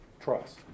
trust